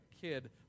kid